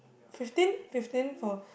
fifteen fifteen for